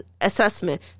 assessment